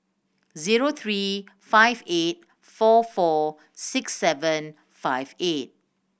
zero three five eight four four six seven five eight